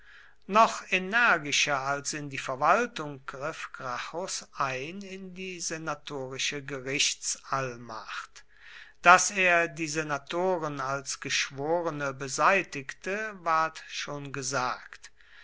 noch energischer als in die verwaltung griff gracchus ein in die senatorische gerichtsallmacht daß er die senatoren als geschworene beseitigte ward schon gesagt